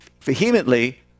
vehemently